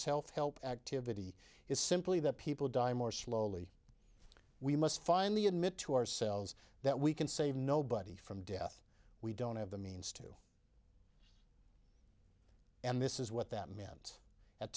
self help activity is simply that people die more slowly we must finally admit to ourselves that we can save nobody from death we don't have the means to and this is what that meant at